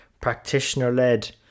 practitioner-led